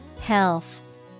Health